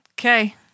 Okay